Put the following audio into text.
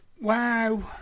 wow